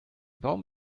baum